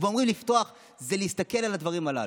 כשאומרים לפתוח זה להסתכל על הדברים הללו.